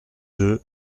deux